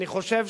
אני חושב,